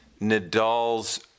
Nadal's